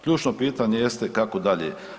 Ključno pitanje jeste, kako dalje?